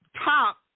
top